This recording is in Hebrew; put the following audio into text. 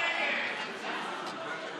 שלילת השתתפות בתקציב עקב הפליה),